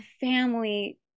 family